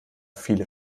viele